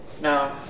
No